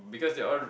because they're all